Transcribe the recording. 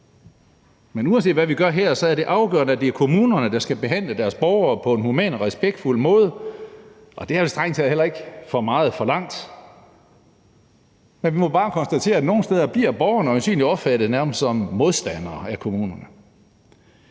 Men uanset hvad vi gør her, er det afgørende, at det er kommunerne, der skal behandle deres borgere på en human og respektfuld måde, og det er strengt taget heller ikke for meget forlangt. Men vi må bare konstatere, at nogle steder bliver borgerne af kommunen